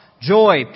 joy